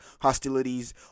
hostilities